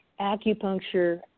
Acupuncture